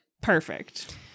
Perfect